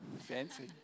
Fancy